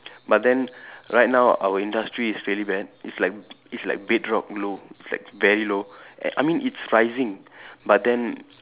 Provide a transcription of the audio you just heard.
but then right now our industry is really very it's like it's like bed drop low it's like very low I mean it's rising but then